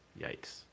Yikes